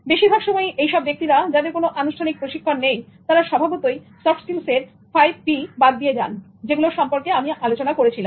বেশিরভাগ সময়ই এই সব ব্যক্তিরা যাদের কোনো আনুষ্ঠানিক প্রশিক্ষণ নেই তারা স্বভাবতই সফট স্কিলসের 5 P বাদ দিয়ে যান যেগুলোর সম্পর্কে আমি আলোচনা করেছিলাম